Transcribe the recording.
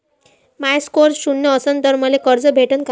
माया score शून्य असन तर मले कर्ज भेटन का?